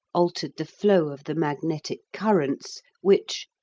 altered the flow of the magnetic currents, which,